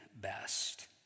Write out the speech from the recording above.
best